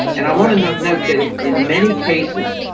and i wanna note note that in many cases,